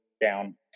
down